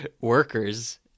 workers